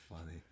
funny